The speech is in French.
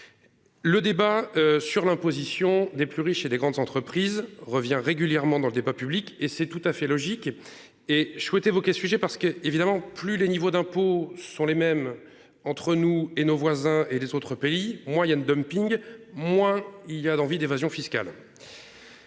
Le débat sur l'imposition des plus riches et des grandes entreprises revient régulièrement dans le débat public et c'est tout à fait logique et je souhaite évoquer ce sujet parce que, évidemment, plus le niveau d'impôts sur les mêmes entre nous et nos voisins et les autres pays moyen de dumping, moins il y a l'envie d'évasion fiscale.--